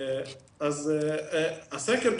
אז הסקר,